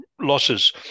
losses